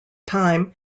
time